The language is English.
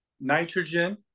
nitrogen